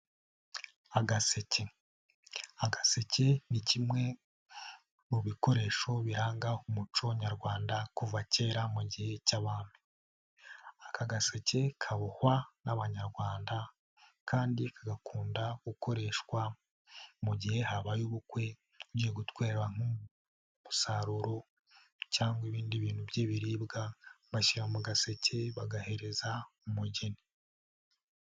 Agaseke, agaseke ni kimwe mu bikoresho biranga umuco Nyarwanda kuva kera mu gihe cy'abami, aka gaseke kabohwa n'abanyarwanda kandi kagakunda gukoreshwa mu gihe habaye ubukwe ugiye gutwerera nk'umuntu, umusaruro cyangwa ibindi bintu by'ibiribwa bashyira mu gaseke bagahereza umugeni.